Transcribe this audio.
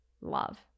love